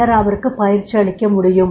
பின்னர் அவருக்கு பயிற்சி அளிக்க முடியும்